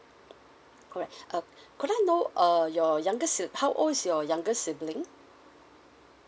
correct uh could I know err your younger si~ how old is your younger sibling